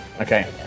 Okay